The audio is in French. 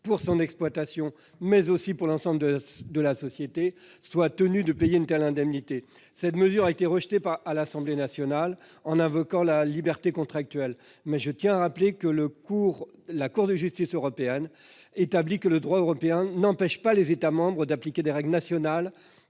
pour son exploitation, mais aussi pour l'ensemble de la société soit tenu de payer une telle indemnité ? Cette mesure a été rejetée par l'Assemblée nationale, les députés invoquant la liberté contractuelle. Mais je tiens à rappeler que la Cour de justice de l'Union européenne établit que le droit européen n'empêche pas les États membres d'appliquer des règles nationales